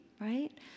right